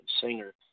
singer